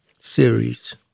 series